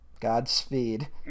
Godspeed